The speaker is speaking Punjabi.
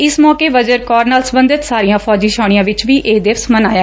ਇਸ ਮੌਕੇ ਵਜਰ ਕੋਰ ਨਾਲ ਸਬੰਧਤ ਸਾਰੀਆਂ ਫੌਜੀ ਛਾਉਣੀਆਂ ਵਿੱਚ ਵੀ ਇਹ ਦਿਵਸ ਮਨਾਇਆ